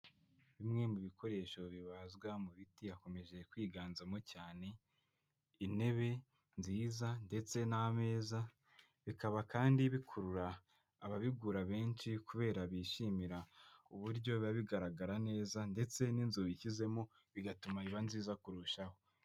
Bimwe mu bikoresho bibazwa mu biti, hakomeje kwiganzamo cyane intebe nziza ndetse n'ameza, bikaba kandi bikurura ababigura benshi kubera bishimira uburyo biba bigaragara neza ndetse n'inzu ubishyizemo bigatuma iba nziza kurushaho.